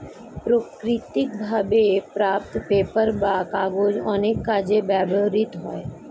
প্রাকৃতিক ভাবে প্রাপ্ত পেপার বা কাগজ অনেক কাজে ব্যবহৃত হয়